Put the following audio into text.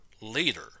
later